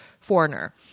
foreigner